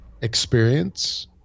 experience